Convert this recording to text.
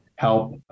help